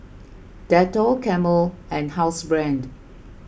Dettol Camel and Housebrand